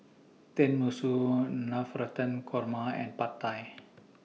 Tenmusu Navratan Korma and Pad Thai